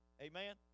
Amen